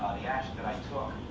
the action that i took,